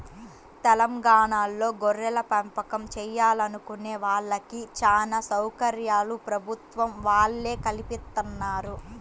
తెలంగాణాలో గొర్రెలపెంపకం చేయాలనుకునే వాళ్ళకి చానా సౌకర్యాలు ప్రభుత్వం వాళ్ళే కల్పిత్తన్నారు